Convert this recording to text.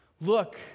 look